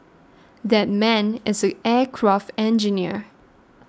that man is an aircraft engineer